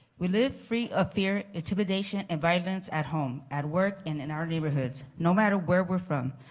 we live free of fear, intimidation and violence at home, at work and in our neighborhoods no matter where we are from.